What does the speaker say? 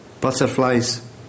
butterflies